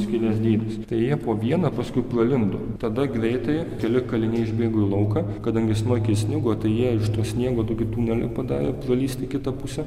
skylės dydis tai jie po vieną paskui pralindo tada greitai keli kaliniai išbėgo į lauką kadangi smarkiai snigo tai jie iš to sniego tokį tunelį padarė pralįsti į kitą pusę